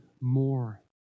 more